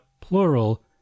plural